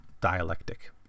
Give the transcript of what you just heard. dialectic